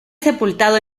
sepultado